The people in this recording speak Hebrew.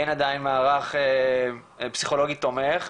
אין עדיין מערך פסיכולוגי תומך,